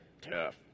tough